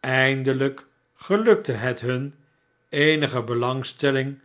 eindelijk gelukte het hun eenige belangstelling